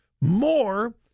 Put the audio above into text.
more